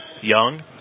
Young